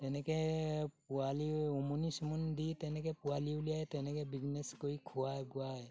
তেনেকৈ পোৱালি উমনি চুমনি দি তেনেকৈ পোৱালি উলিয়াই তেনেকৈ বিজনেচ কৰি খোৱাই বোৱাই